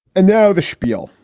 and now the spiel,